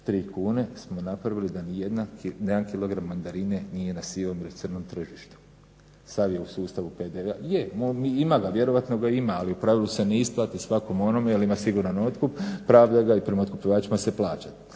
3 kune smo napravili da nijedan kilogram mandarine nije na sivom ili crnom tržištu. Sav je u sustavu PDV-a. Je, ima ga, vjerojatno ga ima, ali u pravilu se ne isplati svakom onome jel ima siguran otkup, pravdat ga i prema otkupljivačima se plaća.